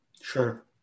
sure